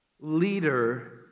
Leader